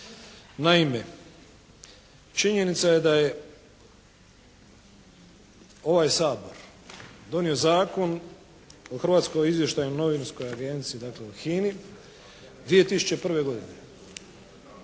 Naime, činjenica je da je ovaj Sabor donio Zakon o Hrvatskoj izvještajnoj novinskoj agenciji dakle o HINA-i 2001. godine.